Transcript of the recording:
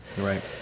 Right